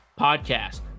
podcast